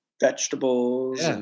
vegetables